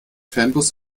fernbus